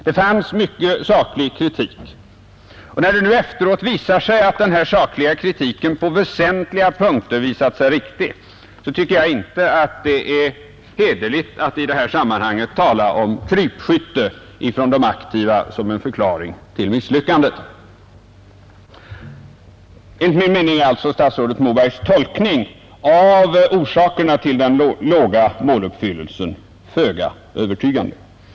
Det framfördes mycken saklig kritik, och när denna sakliga kritik nu efteråt på väsentliga punkter visat sig riktig, tycker jag inte det är hederligt att i det sammanhanget tala om krypskytte från de aktiva och ange det som en förklaring till misslyckandet. Enligt min mening är alltså statsrådet Mobergs tolkning av orsakerna till den låga måluppfyllelsen föga övertygande.